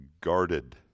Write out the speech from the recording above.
guarded